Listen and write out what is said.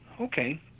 Okay